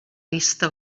vista